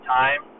time